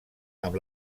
amb